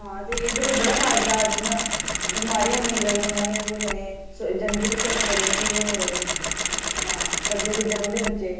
आं ते एह्दे च ते बड़ा फायदा बमारियां बी नेईं लगदियां इ'नेंगी ते कन्नै जिंद बी स्वस्थ रौहंदी ते आं चलदे फिरदे रौहंदे बच्चे